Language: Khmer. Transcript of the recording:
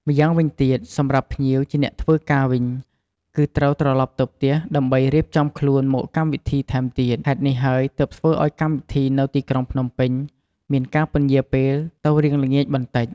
ម្យ៉ាងវិញទៀត សម្រាប់ភ្ញៀវជាអ្នកធ្វើការវិញ គឺត្រូវត្រឡប់ទៅផ្ទះដើម្បីរៀបចំខ្លួនមកកម្មវិធីថែមទៀត ហេតុនេះហើយទើបធ្វើឲ្យកម្មវិធីនៅទីក្រុងភ្នំពេញមានការពន្យារពេលទៅរៀងល្ងាចបន្តិច។